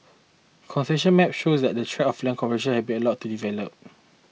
concession maps show that the tracts of land compassion have been allowed to develop